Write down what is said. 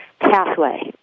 pathway